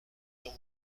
dans